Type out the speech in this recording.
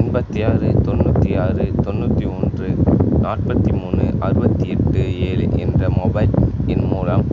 எண்பத்தி ஆறு தொண்ணூற்றி ஆறு தொண்ணூற்றி ஒன்று நாற்பத்தி மூணு அறுபத்தி எட்டு ஏழு என்ற மொபைல் எண் மூலம்